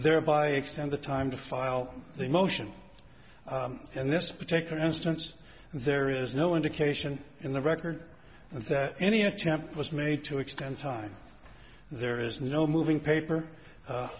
thereby extend the time to file a motion in this particular instance there is no indication in the record that any attempt was made to extend time there is no moving paper